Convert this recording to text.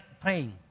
praying